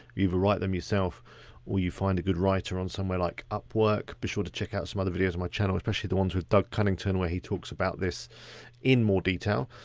even write them yourself or you find a good writer on somewhere like upwork. be sure to check out some other videos on my channel, especially the ones with doug cunnington where he talks about this in more detail.